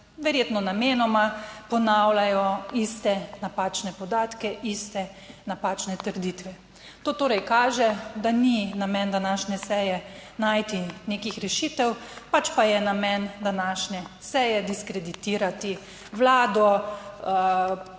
verjetno namenoma ponavljajo iste napačne podatke, iste napačne trditve. To torej kaže, da ni namen današnje seje, najti nekih rešitev, pač pa je namen današnje seje diskreditirati Vlado,